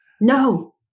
No